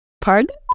Pardon